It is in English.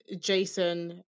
Jason